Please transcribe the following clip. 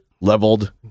leveled